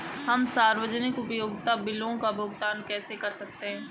हम सार्वजनिक उपयोगिता बिलों का भुगतान कैसे कर सकते हैं?